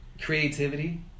creativity